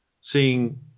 seeing